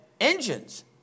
engines